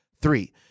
three